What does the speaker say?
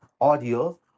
audio